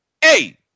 Hey